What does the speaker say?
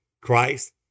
Christ